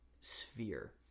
sphere